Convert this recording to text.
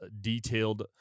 detailed